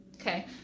Okay